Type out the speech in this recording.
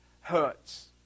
hurts